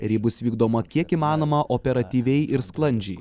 ir ji bus vykdoma kiek įmanoma operatyviai ir sklandžiai